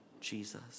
Jesus